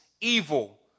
evil